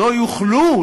לא יוכלו,